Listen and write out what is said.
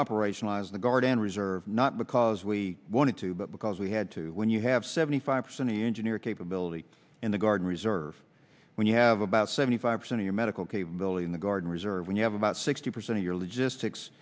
operationalized the guard and reserve not because we wanted to but because we had to when you have seventy five percent of the engineer capability in the guard and reserve when you have about seventy five percent of the medical capability in the guard and reserve when you have about sixty percent of your logistics